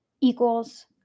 equals